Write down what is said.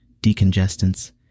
decongestants